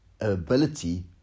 ability